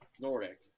Nordic